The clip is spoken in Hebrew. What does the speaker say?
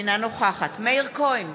אינה נוכחת מאיר כהן,